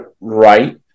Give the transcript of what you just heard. right